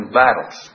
battles